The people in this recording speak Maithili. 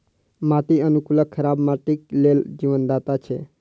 माटि अनुकूलक खराब माटिक लेल जीवनदाता छै